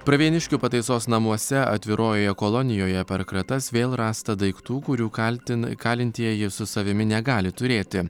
pravieniškių pataisos namuose atvirojoje kolonijoje per kratas vėl rasta daiktų kurių kaltin kalintieji su savimi negali turėti